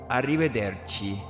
Arrivederci